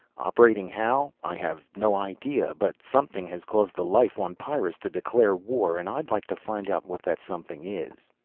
operating how i have no idea. but something has caused the life on pyrrus to declare war, and i'd like to find out what that something is.